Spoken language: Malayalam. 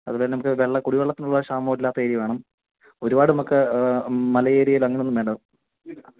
അതുപോലെ നമുക്ക് വെള്ളം കുടിവെള്ളത്തിനുള്ള ക്ഷാമം ഇല്ലാത്ത ഏരിയ വേണം ഒരുപാട് നമുക്ക് മല ഏരിയയിൽ അങ്ങനെയൊന്നും വേണ്ട